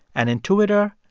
an intuiter,